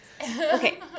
Okay